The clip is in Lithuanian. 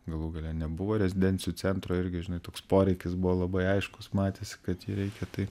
galų gale nebuvo rezidencijų centro irgi žinai toks poreikis buvo labai aiškus matėsi kad reikia tai